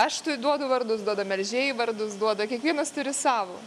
aš tai duodu vardus duoda melžėjai vardus duoda kiekvienas turi savo